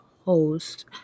host